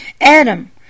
Adam